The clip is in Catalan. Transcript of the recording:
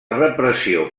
repressió